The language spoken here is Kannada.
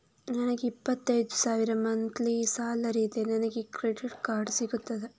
ನನಗೆ ಇಪ್ಪತ್ತೈದು ಸಾವಿರ ಮಂತ್ಲಿ ಸಾಲರಿ ಇದೆ, ನನಗೆ ಕ್ರೆಡಿಟ್ ಕಾರ್ಡ್ ಸಿಗುತ್ತದಾ?